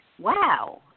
wow